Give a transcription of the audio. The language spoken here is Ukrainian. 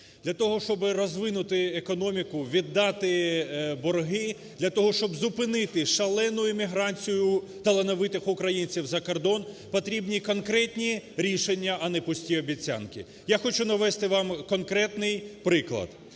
Для того, щоби розвинути економіку, віддати борги, для того, щоб зупинити шалену еміграцію талановитих українців за кордон потрібні конкретні рішення, а не пусті обіцянки. Я хочу навести вам конкретний приклад.